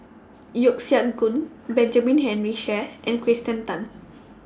Yeo Siak Goon Benjamin Henry Sheares and Kirsten Tan